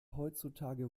heutzutage